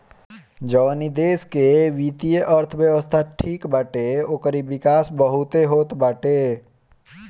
जवनी देस के वित्तीय अर्थव्यवस्था ठीक बाटे ओकर विकास बहुते होत बाटे